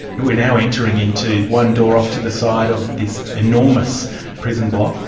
we're now entering into one door off to the side of this enormous prison block.